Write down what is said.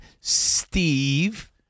Steve